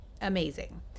amazing